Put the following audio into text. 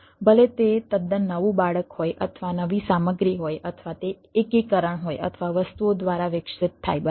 ભલે તે તદ્દન નવું બાળક હોય અથવા નવી સામગ્રી હોય અથવા તે એકીકરણ હોય અથવા વસ્તુઓ દ્વારા વિકસિત થાય બરાબર